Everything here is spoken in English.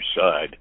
side